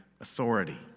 authority